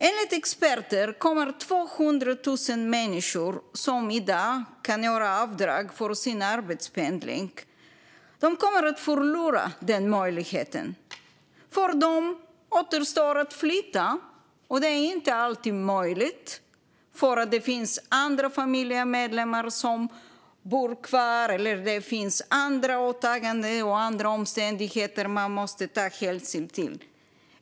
Enligt experter kommer 200 000 människor som i dag kan göra avdrag för arbetspendling att förlora den möjligheten. För dem återstår att flytta. Det är inte alltid möjligt på grund av att andra familjemedlemmar bor kvar eller andra åtaganden eller omständigheter som man måste ta hänsyn till.